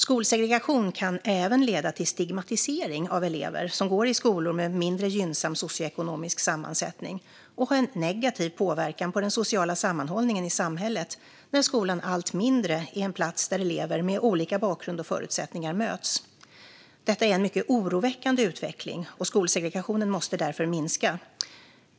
Skolsegregation kan även leda till stigmatisering av elever som går i skolor med mindre gynnsam socioekonomisk sammansättning och ha en negativ påverkan på den sociala sammanhållningen i samhället när skolan allt mindre är en plats där elever med olika bakgrunder och förutsättningar möts. Detta är en mycket oroväckande utveckling, och skolsegregationen måste därför minska.